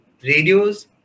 Radios